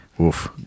Oof